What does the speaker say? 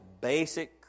basic